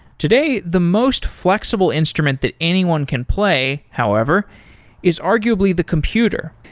today, the most flexible instrument that anyone can play however is arguably the computer,